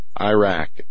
Iraq